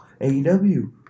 AEW